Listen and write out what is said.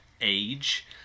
age